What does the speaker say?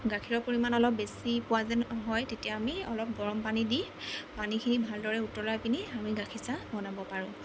গাখীৰৰ পৰিমাণ অলপ বেছি পোৱা যেন হয় তেতিয়া আমি অলপ গৰমপানী দি পানীখিনি ভালদৰে উতলাই পিনি আমি গাখীৰ চাহ বনাব পাৰোঁ